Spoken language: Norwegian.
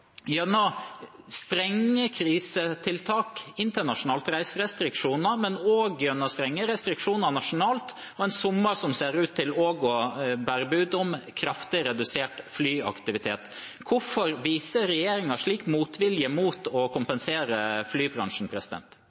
gjennom strenge krisetiltak, internasjonale reiserestriksjoner og strenge restriksjoner nasjonalt, og en sommer som ser ut til å bære bud om kraftig redusert flyaktivitet. Hvorfor viser regjeringen slik motvilje mot å kompensere flybransjen?